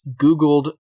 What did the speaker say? Googled